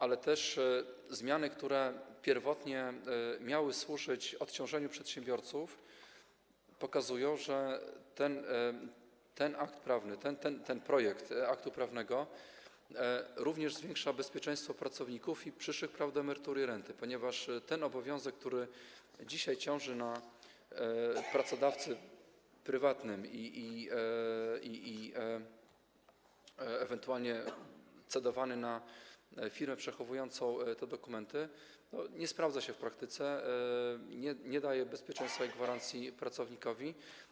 Ale też zmiany, które pierwotnie miały służyć odciążeniu przedsiębiorców, pokazują, że ten projekt aktu prawnego również zwiększa bezpieczeństwo pracowników i ich przyszłych praw do emerytury i renty, ponieważ ten obowiązek, który dzisiaj ciąży na pracodawcy prywatnym i ewentualnie cedowany jest na firmę przechowującą te dokumenty, nie sprawdza się w praktyce, nie daje bezpieczeństwa i gwarancji pracownikowi.